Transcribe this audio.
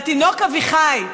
והתינוק אביחי,